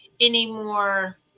anymore